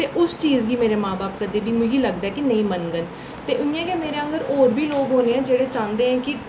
ते उस चीज गी मेरे मां बब्ब कदें बी मिगी लगदा ऐ कि नेईं मनङन ते इयां गै मेरे आंह्गर होर बी लोक होने जेह्ड़े चांह्दे ऐ कि